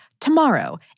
Tomorrow